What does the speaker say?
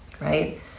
Right